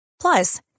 Plus